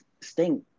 stink